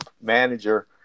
manager